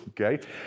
Okay